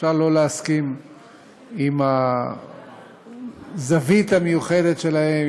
אפשר לא להסכים עם הזווית המיוחדת שלהם,